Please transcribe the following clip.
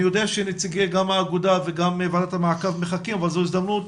אני יודע שגם נציגי האגודה וגם ועדת המעקב מחכים אבל זו הזדמנות